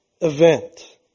event